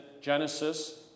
Genesis